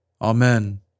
Amen